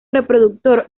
reproductor